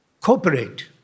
Cooperate